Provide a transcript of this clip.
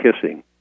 kissing